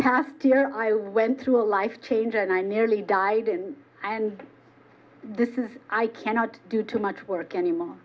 past year i went to a life change and i nearly died in and this is i cannot do too much work anymore